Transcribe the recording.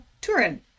Turin